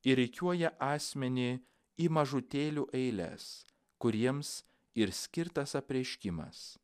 ir rikiuoja asmenį į mažutėlių eiles kuriems ir skirtas apreiškimas